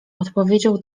odpowiedział